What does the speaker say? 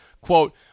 quote